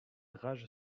rage